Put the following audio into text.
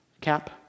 cap